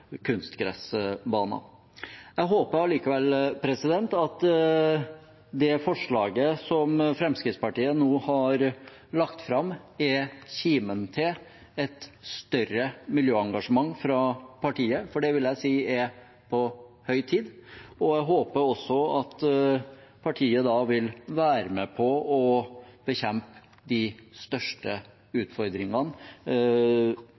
Jeg håper allikevel at det forslaget som Fremskrittspartiet nå har lagt fram, er kimen til et større miljøengasjement fra partiet, for det vil jeg si er på høy tid. Jeg håper også at partiet vil være med på å bekjempe de største